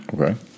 Okay